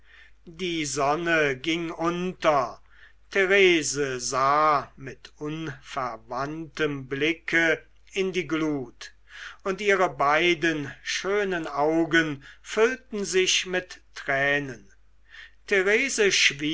die sonne ging unter therese sah mit unverwandtem blicke in die glut und ihre beiden schönen augen füllten sich mit tränen therese